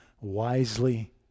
wisely